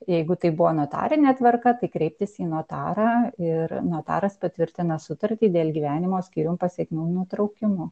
jeigu tai buvo notarine tvarka tai kreiptis į notarą ir notaras patvirtina sutartį dėl gyvenimo skyrium pasekmių nutraukimo